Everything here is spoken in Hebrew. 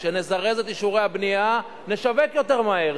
כשנזרז את אישורי הבנייה נשווק יותר מהר,